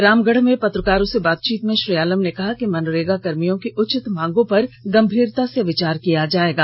रामगढ़ में पत्रकारों से बातचीत में श्री आलम ने कहा कि मनरेगा कर्मियों की उचित मांगों पर गंभीरता से विचार किया जायेगा